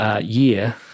year